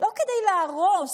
לא כדי להרוס.